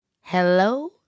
Hello